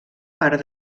per